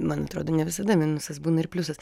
man atrodo ne visada minusas būna ir pliusas